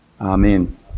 Amen